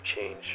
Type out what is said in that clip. change